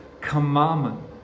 commandment